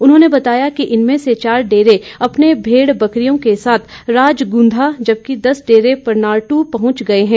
उन्होंने बताया कि इनमें से चार डेरे अपनी भेड़ बकरियों के साथ राजगुंधा जबकि दस डेरे पनारटू पहुंच गए हैं